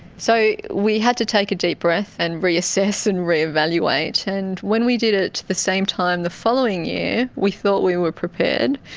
so we had to take a deep breath and reassess and re-evaluate. and when we did it the same time the following year we thought we were prepared,